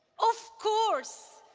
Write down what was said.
of course,